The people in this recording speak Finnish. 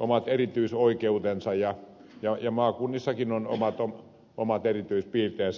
omat erityisoikeutensa ja maakunnissakin on omat erityispiirteensä